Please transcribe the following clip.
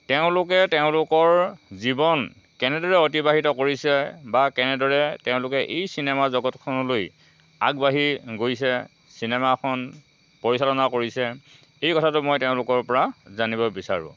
তেওঁলোকে তেওঁলোকৰ জীৱন কেনেদৰে অতিবাহিত কৰিছে বা কেনেদৰে তেওঁলোকে এই চিনেমা জগতখনলৈ আগবাঢ়ি গৈছে চিনেমাখন পৰিচালনা কৰিছে এই কথাটো মই তেওঁলোকৰ পৰা জানিব বিচাৰোঁ